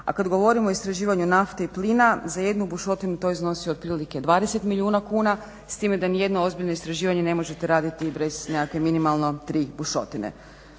A kad govorimo o istraživanju nafte i plina za jednu bušotinu to iznosi otprilike 20 milijuna kuna s time da ni jedno ozbiljno istraživanje ne možete raditi bez nekakve minimalno tri bušotine.